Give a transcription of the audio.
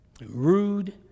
rude